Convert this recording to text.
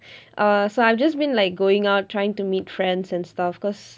err so I've just been like going out trying to meet friends and stuff cause